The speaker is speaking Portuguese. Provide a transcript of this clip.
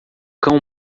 cão